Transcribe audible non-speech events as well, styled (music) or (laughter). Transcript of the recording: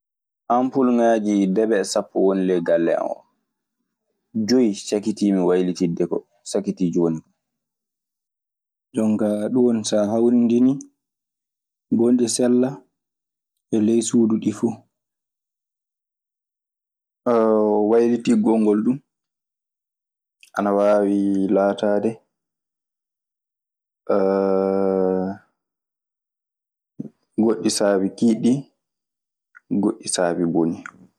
Ampulegaji debe e sapo ngoni ley galleam o. joyi sakitimi wayilitinde, ko sakkiti jonin ko. (hesitation) wayltigol ngol du ana waawi lataade (hesitation) goɗɗi sabu kiiɗɗi, goɗɗi sabi mboni.